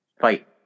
Fight